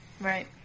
Right